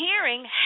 hearing